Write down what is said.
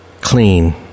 Clean